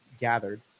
gathered